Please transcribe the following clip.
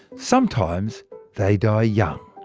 sometimes they die young.